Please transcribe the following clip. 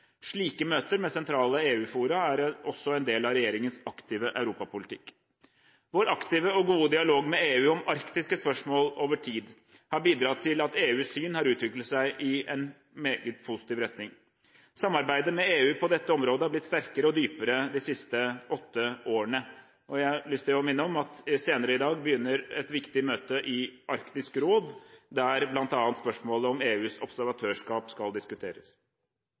Slike møter med sentrale EU-fora er også en del av regjeringens aktive europapolitikk. Vår aktive og gode dialog med EU om arktiske spørsmål over tid har bidratt til at EUs syn har utviklet seg i en meget positiv retning. Samarbeidet med EU på dette området har blitt sterkere og dypere de siste åtte årene. Jeg har lyst til å minne om at senere i dag begynner et viktig møte i Arktisk råd, der bl.a. spørsmål om EUs observatørskap skal diskuteres.